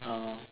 oh